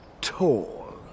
tall